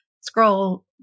scroll